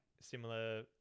similar